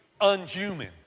unhuman